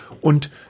Und